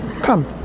come